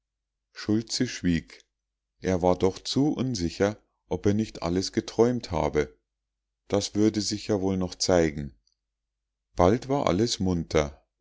schultze schwieg er war doch zu unsicher ob er nicht alles geträumt habe das würde sich ja wohl noch zeigen bald war alles munter